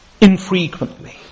infrequently